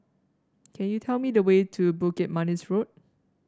can you tell me the way to Bukit Manis Road